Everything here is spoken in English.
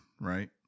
right